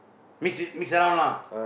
mix it mix around lah